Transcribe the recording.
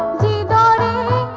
da da da